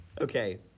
Okay